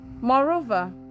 Moreover